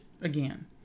again